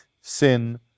sin